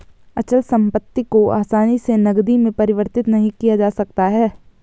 अचल संपत्ति को आसानी से नगदी में परिवर्तित नहीं किया जा सकता है